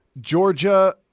Georgia